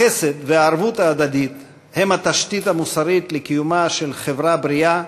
החסד והערבות ההדדית הם התשתית המוסרית לקיומה של חברה בריאה,